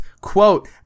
quote